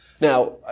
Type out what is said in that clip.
Now